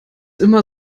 immer